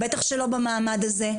בטח שלא במעמד הזה,